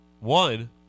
One